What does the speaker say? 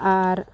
ᱟᱨ